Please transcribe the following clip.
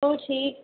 होर ठीक